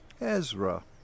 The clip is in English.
Ezra